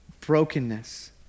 brokenness